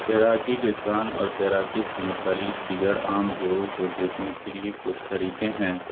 تیراکی کے کان اور تیراکی سے متعلق دیگر عام جوڑوں کو دیکھنے کے لیے کچھ طریقے ہیں